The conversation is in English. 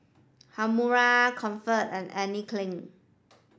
Haruma Comfort and Anne Klein